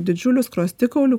didžiulių skruostikaulių